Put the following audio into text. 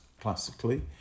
classically